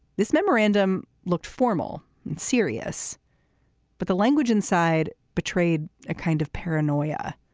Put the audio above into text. this memorandum looked formal and serious but the language inside portrayed a kind of paranoia.